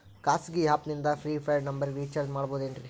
ಖಾಸಗಿ ಆ್ಯಪ್ ನಿಂದ prepaid ನಂಬರಿಗ ರೇಚಾರ್ಜ್ ಮಾಡಬಹುದೇನ್ರಿ?